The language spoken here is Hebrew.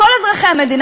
כל אזרחי המדינה.